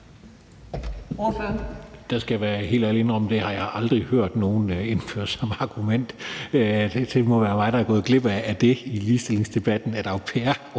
(LA): Der skal jeg være helt ærlig og indrømme, at det har jeg aldrig hørt nogen anføre som argument. Det må være mig, der er gået glip af noget i ligestillingsdebatten, altså at